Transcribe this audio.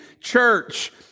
church